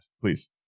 Please